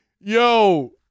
Yo